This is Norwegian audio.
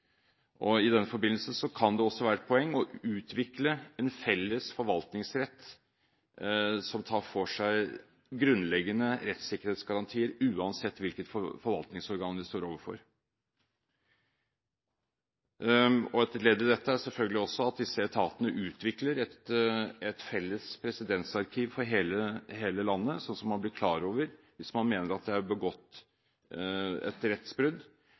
I den forbindelse kan det også være et poeng å utvikle en felles forvaltningsrett som tar for seg grunnleggende rettssikkerhetsgarantier, uansett hvilket forvaltningsorgan man står overfor. Et ledd i dette er selvfølgelig også at disse etatene utvikler et felles presedensarkiv for hele landet, slik at man, hvis man mener det er begått et rettsbrudd,